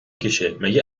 کشهمگه